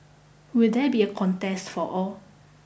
will there be a contest for all